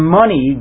money